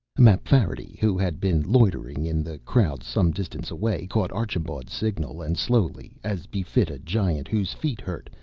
mapfarity, who had been loitering in the crowd some distance away, caught archambaud's signal and slowly, as befit a giant whose feet hurt,